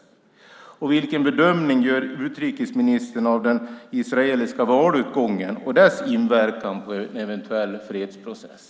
Vilken bedömning gör utrikesministern av den israeliska valutgången och dess inverkan på en eventuell fredsprocess?